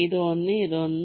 ഇത് ഒന്ന് ഇത് ഒന്ന്